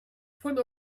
von